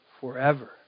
forever